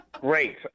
Great